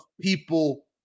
people –